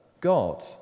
God